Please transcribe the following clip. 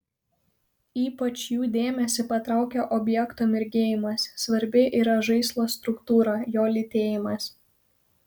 ypač jų dėmesį patraukia objekto mirgėjimas svarbi yra žaislo struktūra jo lytėjimas